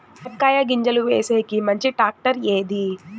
చెనక్కాయ గింజలు వేసేకి మంచి టాక్టర్ ఏది?